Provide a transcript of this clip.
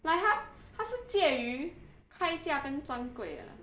like 他他是介于开价跟专柜 ah